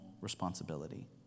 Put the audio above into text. responsibility